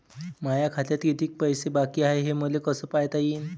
माया खात्यात कितीक पैसे बाकी हाय हे मले कस पायता येईन?